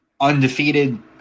undefeated